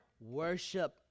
worship